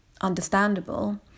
understandable